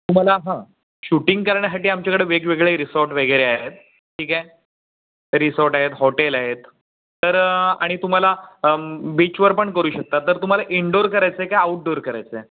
तुम्हाला हं शूटिंग करण्यासाठी आमच्याकडे वेगवेगळे रिसॉर्ट वगैरे आहेत ठीक आहे रिसॉर्ट आहेत हॉटेल आहेत तर आणि तुम्हाला बीचवर पण करू शकतात तर तुम्हाला इनडोअर करायचं आहे का आऊटडोअर करायचं आहे